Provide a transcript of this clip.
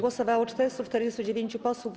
Głosowało 449 posłów.